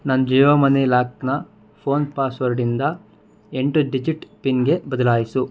ನನ್ನ ಜಿಯೋ ಮನಿ ಲಾಕ್ನ ಫೋನ್ ಪಾಸ್ವರ್ಡಿಂದ ಎಂಟು ಡಿಜಿಟ್ ಪಿನ್ಗೆ ಬದಲಾಯಿಸು